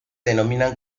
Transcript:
denominan